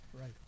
Right